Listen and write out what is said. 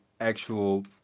actual